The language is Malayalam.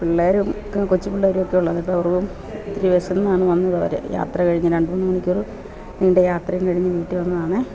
പിള്ളാരും ഒക്കെ കൊച്ചുപിള്ളാരൊക്കയുള്ളതാ മിക്കവാറും ഇത്തിരി വിശന്നാണ് വന്നത് അവര് യാത്ര കഴിഞ്ഞ് രണ്ട് മൂന്ന് മണിക്കൂര് നീണ്ട യാത്രയും കഴിഞ്ഞ് വീട്ടില് വന്നതാണേ